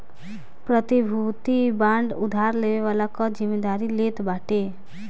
प्रतिभूति बांड उधार लेवे वाला कअ जिमेदारी लेत बाटे